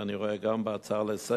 אני רואה את זה גם בהצעה לסדר,